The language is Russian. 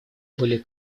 были